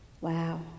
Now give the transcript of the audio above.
Wow